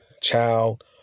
child